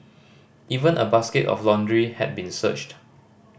even a basket of laundry had been searched